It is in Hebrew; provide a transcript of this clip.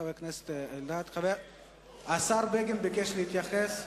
חבר הכנסת אלדד, השר בגין ביקש להתייחס.